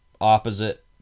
opposite